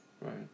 Right